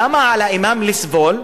למה לאימאם לסבול?